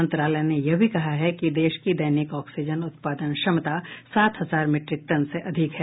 मंत्रालय ने यह भी कहा है कि देश की दैनिक ऑक्सीजन उत्पादन क्षमता सात हजार मीट्रिक टन से अधिक है